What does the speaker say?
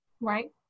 Right